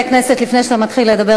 לפני שאתה מתחיל לדבר,